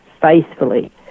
faithfully